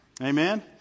Amen